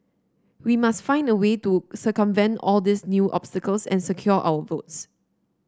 we must find a way to circumvent all these new obstacles and secure our votes